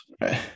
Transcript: right